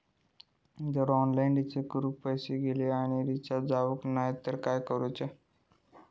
जर online recharge करून पैसे गेले आणि रिचार्ज जावक नाय तर काय करूचा?